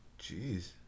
Jeez